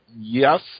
yes